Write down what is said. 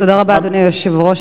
תודה רבה, אדוני היושב-ראש.